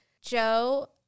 Joe